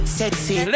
sexy